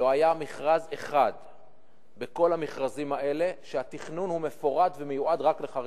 לא היה מכרז אחד בכל המכרזים האלה שהתכנון הוא מפורט ומיועד רק לחרדים,